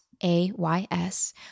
AYS